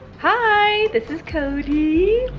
hi this is cody.